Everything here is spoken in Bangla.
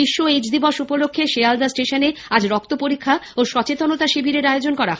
বিশ্ব এইডস দিবস উপলক্ষে শিয়ালদা স্টেশনে আজ রক্ত পরীক্ষা ও সচেতনতা শিবিরের আয়োজন করা হয়